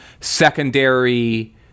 secondary